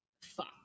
fuck